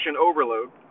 overload